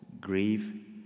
grieve